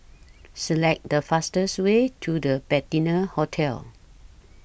Select The fastest Way to The Patina Hotel